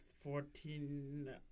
fourteen